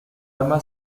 arma